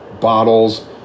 bottles